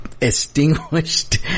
extinguished